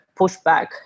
pushback